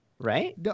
Right